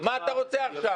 מה אתה רוצה עכשיו?